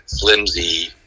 flimsy